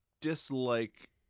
dislike